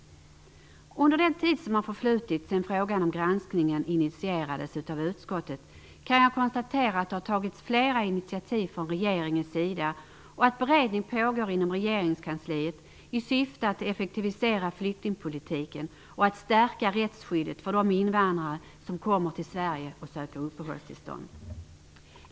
Jag kan konstatera att det under den tid som förflutit sedan frågan om granskningen initierades av utskottet tagits flera initiativ från regeringens sida och att beredning pågår inom regeringskansliet i syfte att effektivisera flyktingpolitiken och att stärka rättsskyddet för de invandrare som kommer till Sverige och söker uppehållstillstånd.